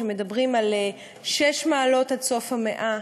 שמדברים על שש מעלות עד סוף המאה,